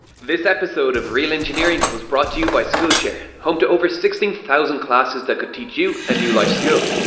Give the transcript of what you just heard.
this episode of real engineering was brought to you by skillshare, home to over sixteen thousand classes that could teach you a new life skill.